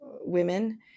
women